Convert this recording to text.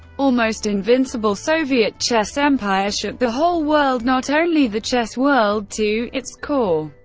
almost invincible soviet chess empire, shook the whole world, not only the chess world, to its core.